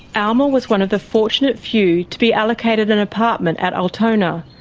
alma was one of the fortunate few to be allocated an apartment at altona.